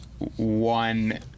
One